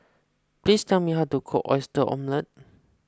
please tell me how to cook Oyster Omelette